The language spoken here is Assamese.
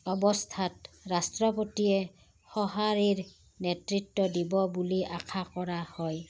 অৱস্থাত ৰাষ্ট্ৰপতিয়ে সঁহাৰিৰ নেতৃত্ব দিব বুলি আশা কৰা হয়